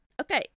Okay